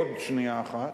עוד שנייה אחת.